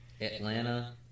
Atlanta